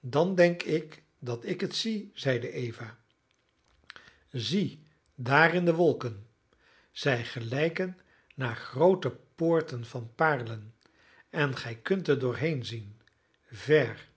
dan denk ik dat ik het zie zeide eva zie daar in de wolken zij gelijken naar groote poorten van paarlen en gij kunt er doorheen zien ver